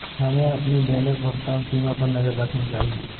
हमें अपनी दैनिक भुगतान सीमा पर नज़र रखनी चाहिए